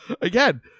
Again